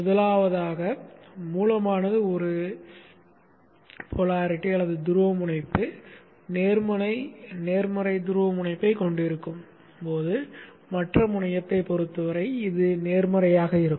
முதலாவதாக மூலமானது ஒரு துருவமுனைப்பு நேர்மறை துருவமுனைப்பைக் கொண்டிருக்கும் போது மற்ற முனையத்தைப் பொறுத்தவரை இது நேர்மறையாக இருக்கும்